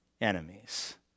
enemies